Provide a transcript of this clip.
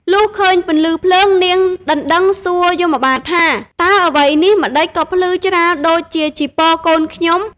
លុះឃើញ ពន្លឺភ្លើង នាងដណ្ដឹងសួរយមបាលថា តើអ្វីនេះម្តេចក៏ភ្លឺច្រាលដូចជា ចីពរ កូនខ្ញុំ? ។